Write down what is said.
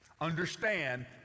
Understand